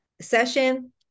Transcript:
session